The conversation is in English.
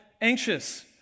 anxious